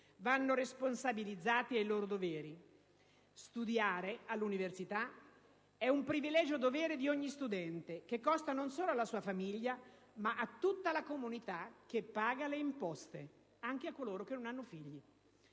vanno responsabilizzati ai loro doveri: studiare all'università è un privilegio-dovere di ogni studente, che costa non solo alla sua famiglia, ma a tutta la comunità che paga le imposte, anche a chi non ha figli.